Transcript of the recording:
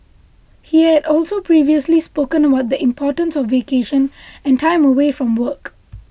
he had also previously spoken about the importance of vacation and time away from work